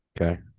Okay